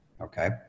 okay